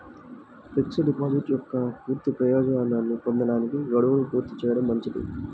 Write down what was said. fixed deposit యొక్క పూర్తి ప్రయోజనాన్ని పొందడానికి, గడువును పూర్తి చేయడం మంచిది